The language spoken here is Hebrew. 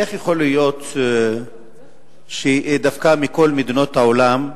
איך יכול להיות שדווקא מכל מדינות העולם,